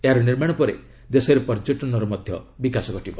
ଏହାର ନିର୍ମାଣ ପରେ ଦେଶରେ ପର୍ଯ୍ୟଟନର ମଧ୍ୟ ବିକାଶ ଘଟିବ